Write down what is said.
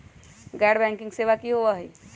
गैर बैंकिंग सेवा की होई?